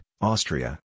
Austria